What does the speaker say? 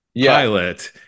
pilot